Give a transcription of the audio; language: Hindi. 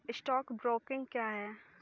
स्टॉक ब्रोकिंग क्या है?